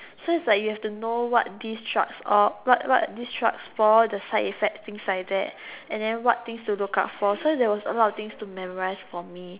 so it's like you have to know what these charts of what what these charts for the side effects things like that and then what things to look out for so there was a lot of things to memorise for me